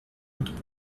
und